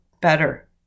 better